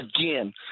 again